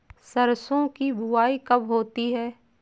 सरसों की बुआई कब होती है?